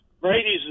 Brady's